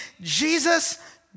Jesus